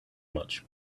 much